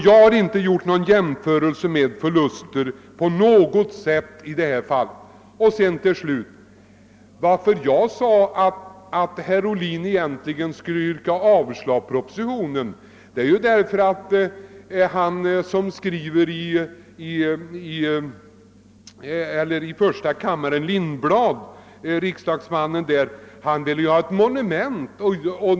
Jag har inte gjort någon jämförelse mellan de förluster som drabbat olika företag. Anledningen till att jag sade att herr Ohlin egentligen borde yrka avslag på propositionen är att riksdagsmannen Lindblad i första kammaren vill resa ett monument över Marviken.